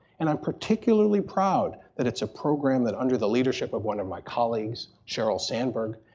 and i'm particularly proud that it's a program that under the leadership of one of my colleagues, sheryl sandberg,